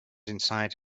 inside